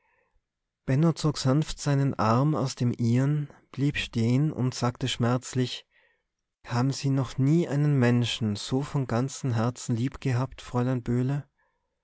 zog sanft seinen arm aus dem ihren blieb stehen und sagte schmerzlich haben sie noch nie einen menschen so von ganzem herzen lieb gehabt fräulein